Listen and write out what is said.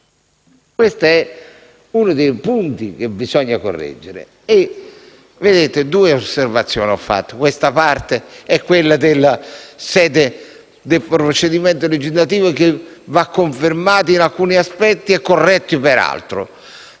Questo è uno dei punti che bisogna correggere. Ho svolto due osservazioni: questa e quella relativa alla sede del procedimento legislativo, che va confermata in alcuni aspetti e corretta per altri.